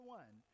one